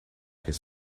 this